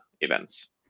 events